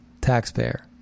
taxpayer